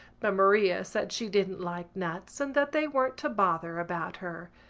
but maria said she didn't like nuts and that they weren't to bother about her.